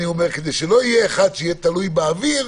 כדי שלא יהיה אחד שיהיה תלוי באוויר,